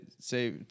say